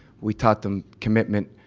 we taught them commitment,